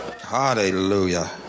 Hallelujah